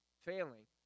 failing